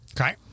Okay